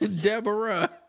Deborah